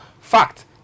Fact